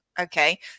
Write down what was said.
okay